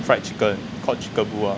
fried chicken called chickaboo ah